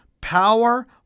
power